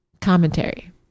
commentary